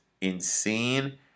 insane